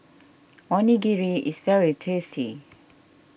Onigiri is very tasty